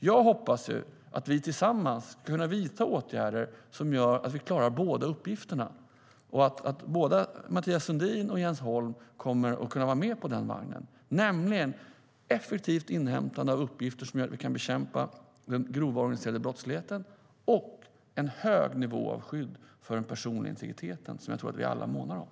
Jag hoppas att vi tillsammans ska kunna vidta åtgärder som gör att vi klarar båda uppgifterna och att både Mathias Sundin och Jens Holm kommer att kunna vara med på den vagnen, alltså att vi kan ha ett effektivt inhämtande av uppgifter som gör att vi kan bekämpa den grova organiserade brottsligheten och att vi kan ha en hög nivå av skydd för den personliga integriteten, som jag tror att vi alla månar om.